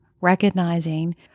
recognizing